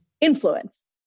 influence